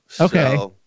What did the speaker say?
Okay